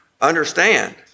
understand